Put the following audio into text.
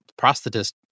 prosthetist